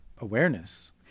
awareness